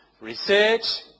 research